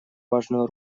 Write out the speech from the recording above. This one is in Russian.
важную